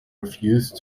refused